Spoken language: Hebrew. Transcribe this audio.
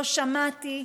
לא שמעתי,